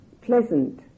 pleasant